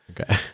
Okay